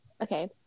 Okay